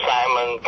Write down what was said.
Simon